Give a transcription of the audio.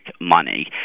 money